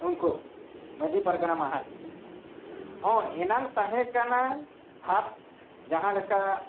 ᱩᱱᱠᱩ ᱢᱟᱺᱡᱷᱤ ᱯᱟᱨᱜᱟᱱᱟ ᱢᱟᱦᱟᱞ ᱦᱚᱸ ᱮᱱᱟᱱ ᱛᱟᱦᱮᱸ ᱠᱟᱱᱟ ᱵᱷᱟᱵᱽ ᱡᱟᱦᱟᱸ ᱞᱮᱠᱟ